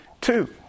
two